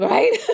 Right